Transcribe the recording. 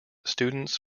students